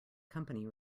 company